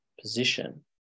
position